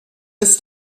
ist